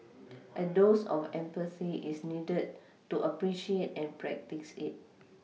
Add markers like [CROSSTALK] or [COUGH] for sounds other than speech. [NOISE] a dose of empathy is needed to appreciate and practice it